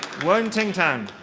woan tyng tan.